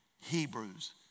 Hebrews